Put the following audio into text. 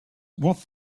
was